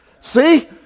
see